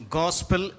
gospel